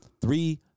three